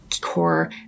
core